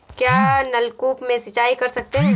क्या नलकूप से सिंचाई कर सकते हैं?